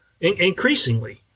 increasingly